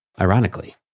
ironically